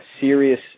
serious